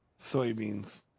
soybeans